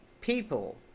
people